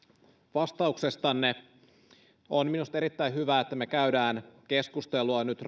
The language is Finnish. vastauksestanne minusta on erittäin hyvä että me käymme keskustelua nyt